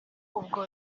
ubwo